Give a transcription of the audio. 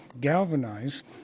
galvanized